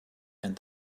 and